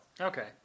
Okay